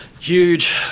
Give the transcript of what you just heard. Huge